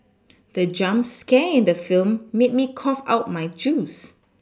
the jump scare in the film made me cough out my juice